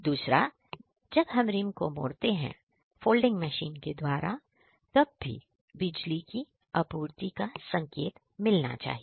दूसरा जब हम रिम को मोड़ते हैं फोल्डिंग मशीन के द्वारातब भी बिजली की आपूर्ति का संकेत मिलना चाहिए